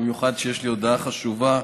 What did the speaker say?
במיוחד כשיש לי הודעה חשובה.